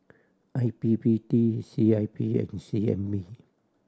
I P P T C I P and C N B